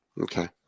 Okay